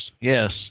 Yes